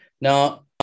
now